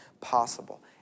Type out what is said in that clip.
possible